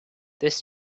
this